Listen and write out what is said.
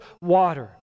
water